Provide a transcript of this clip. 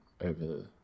over